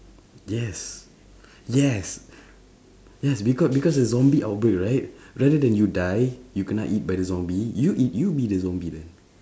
yes yes yes becau~ because a zombie outbreak right rather than you die you kana eat by the zombie you eat you be the zombie leh